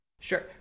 Sure